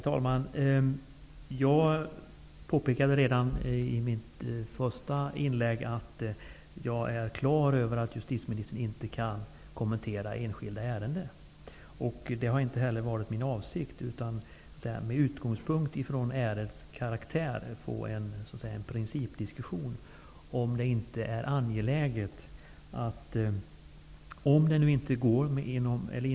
Herr talman! Jag påpekade redan i mitt första inlägg att jag är på det klara med att justitieministern inte kan kommentera enskilda ärenden. Det har heller inte varit min avsikt. Jag ville få till stånd en principdiskussion, med utgångspunkt i ärendets karaktär, om det inte är angeläget med ändringar i nuvarande regelverk.